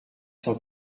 cent